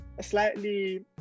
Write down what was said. slightly